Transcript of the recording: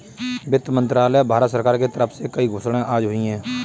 वित्त मंत्रालय, भारत सरकार के तरफ से कई घोषणाएँ आज हुई है